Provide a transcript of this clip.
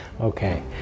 Okay